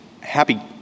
happy